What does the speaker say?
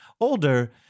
older